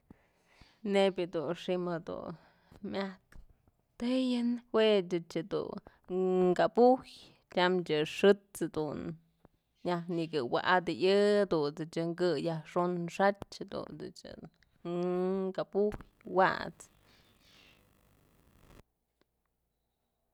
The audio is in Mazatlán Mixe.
Nebyë dun xi'im myaj tëyën juëch ëch dun kabujyë tyam je'e xët's dun nyaj nëkëwa'atëyë dunt's chën kë yajxon xach, jadunt's chë keëbujyë wat's.